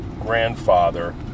grandfather